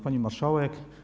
Pani Marszałek!